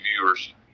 viewers